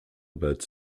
about